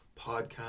podcast